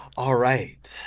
alright,